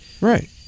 Right